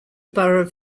borough